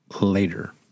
later